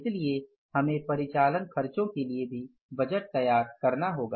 इसलिए हमें परिचालन खर्चों के लिए भी बजट तैयार करना होगा